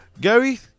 Gary